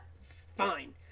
fine